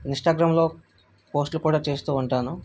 ఇన్స్టాగ్రామ్లో పోస్ట్లు కూడా చేస్తూ ఉంటాను